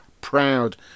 proud